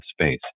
space